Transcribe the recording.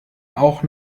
auch